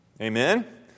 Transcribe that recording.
Amen